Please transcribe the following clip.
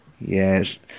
Yes